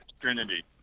Trinity